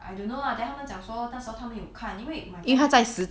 I don't know lah then 他们讲说到时候他们有看因为 my friend